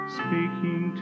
speaking